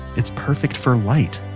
it's perfect for, light.